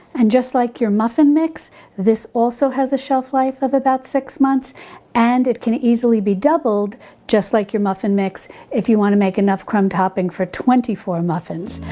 and just like your muffin mix this also has a shelf life of about six months and it can easily be doubled just like your muffin mix if you want to make enough crumb topping for twenty four muffins.